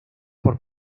por